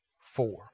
four